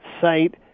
site